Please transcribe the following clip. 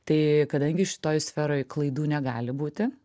tai kadangi šitoj sferoj klaidų negali būti